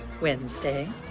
Wednesday